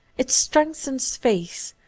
it strengthens faith,